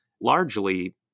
largely